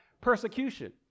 persecution